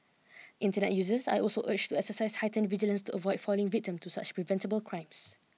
internet users are also urged to exercise heightened vigilance to avoid falling victim to such preventable crimes